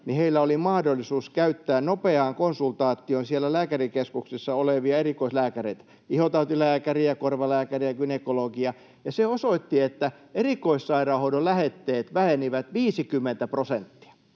niin heillä oli mahdollisuus käyttää nopeaan konsultaatioon siellä lääkärikeskuksissa olevia erikoislääkäreitä — ihotautilääkäriä, korvalääkäriä ja gynekologia — ja se osoitti, että erikoissairaanhoidon lähetteet vähenivät 50 prosenttia.